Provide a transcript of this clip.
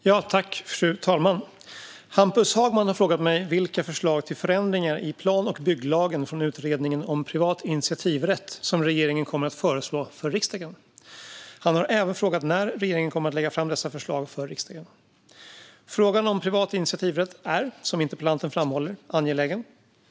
Svar på interpellation Fru talman! Hampus Hagman har frågat mig vilka förslag till förändringar i plan och bygglagen från utredningen om privat initiativrätt som regeringen kommer att föreslå för riksdagen. Han har även frågat när regeringen kommer att lägga fram dessa förslag för riksdagen. Frågan om privat initiativrätt är, som interpellanten framhåller, angelägen.